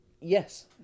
Yes